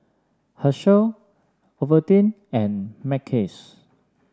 Herschel Ovaltine and Mackays